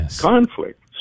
conflict